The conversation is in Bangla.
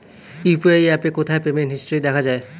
ইউ.পি.আই অ্যাপে কোথায় পেমেন্ট হিস্টরি দেখা যায়?